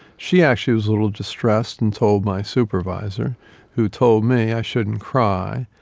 she actually was a little distressed and told my supervisor who told me i shouldn't cry.